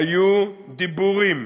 היו דיבורים.